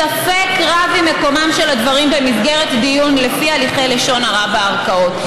ספק רב אם מקומם של הדברים במסגרת דיון לפי הליכי לשון הרע בערכאות.